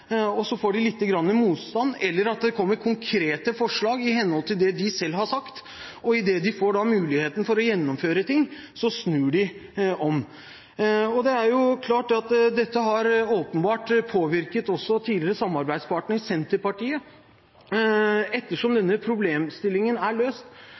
men så får de lite grann motstand, eller så kommer det konkrete forslag i henhold til det de selv har sagt, og idet de får muligheter til å gjennomføre ting, snur de om. Det er klart at dette har åpenbart påvirket tidligere samarbeidspartner Senterpartiet. Ettersom denne problemstillingen er løst,